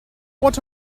what